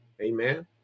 Amen